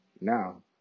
Now